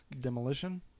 Demolition